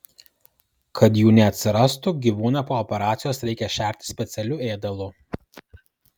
kad jų neatsirastų gyvūną po operacijos reikia šerti specialiu ėdalu